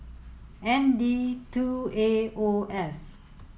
N D two A O F